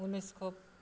ঊনৈছশ